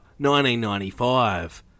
1995